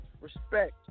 respect